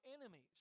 enemies